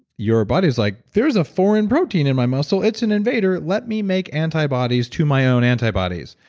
your body's like, there's a foreign protein in my muscle. it's an invader. let me make antibodies to my own antibodies,